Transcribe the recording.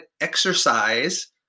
exercise